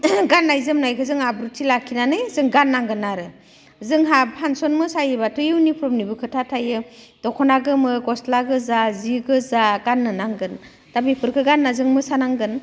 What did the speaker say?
गाननाय जोमनायखो जों आब्रुथि लाखिनानै जों गाननांगोन आरो जोंहा फांसन मोसायोब्लाथाय इउनिफर्मनिबो खोथा थायो दख'ना गोमो गस्ला गोजा जि गोजा गाननो नांगोन दा बिफोरखो गानना जों मोसानांगोन